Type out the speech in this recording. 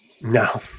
No